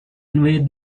invade